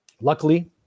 luckily